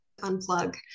unplug